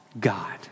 God